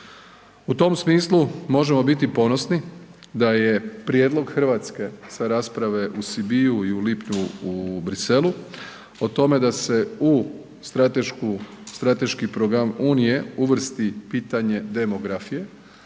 U tom smislu možemo biti ponosni da je prijedlog Hrvatske sa rasprave u Sibiuu i u lipnju u Bruxellesu o tome da se u stratešku, strateški program unije uvrsti i pitanje demografije,